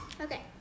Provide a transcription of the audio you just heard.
Okay